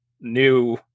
new